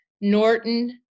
norton